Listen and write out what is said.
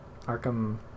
Arkham